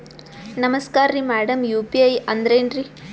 ನಮಸ್ಕಾರ್ರಿ madam UPI ಅಂದ್ರೆನ್ರಿ?